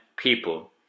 people